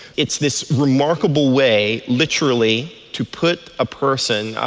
it's this remarkable way literally to put a person,